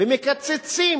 ומקצצים